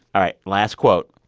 all right, last quote.